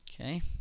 Okay